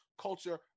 culture